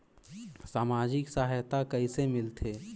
समाजिक सहायता कइसे मिलथे?